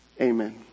amen